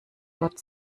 dort